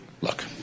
Look